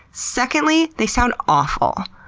secondly, they sound awful.